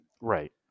Right